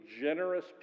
generous